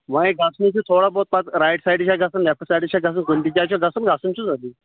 وۄنۍ گژھنٕے چھُ تھوڑا بہت رایڈ سایڈٕ چھا گژھُن لیٚفٹہٕ سایڈٕ چھا گژھُن گۅڈٕنِکہِ جایہِ چھا گژھُن گژھُن چھُ ضروٗری